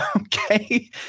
Okay